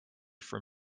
from